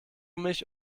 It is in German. mich